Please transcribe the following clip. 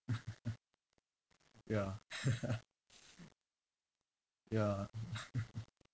ya ya